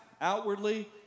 outwardly